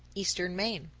eastern maine.